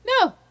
No